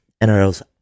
NRL's